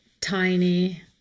tiny